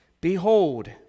Behold